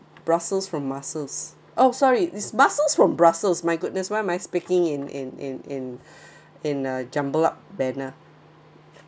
brussels from mussels oh sorry is mussels from brussels my goodness why am I speaking in in in in in a jumble up banner